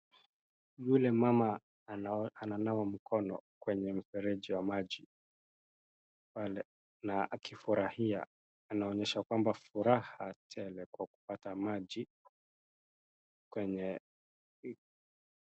Yule mama ananawa mkono kwenye mfereji wa maji pale na akifurahia. Anaonyesha kwamba furaha tele kwa kupata maji kwenye hii....